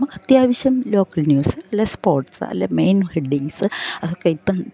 അത്യാവശ്യം local news അല്ലെ sports അല്ലെ മെയിൻ ഹെഡിങ്സ് അതൊക്കെ കിട്ടും ഇപ്പം